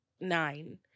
nine